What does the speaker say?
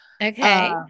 Okay